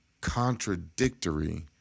contradictory